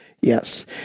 Yes